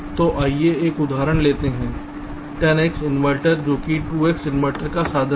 तो आइए एक उदाहरण लेते हैं 10 X इन्वर्टर जो कि 2 X इन्वर्टर का साधन है